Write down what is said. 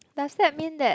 does that mean that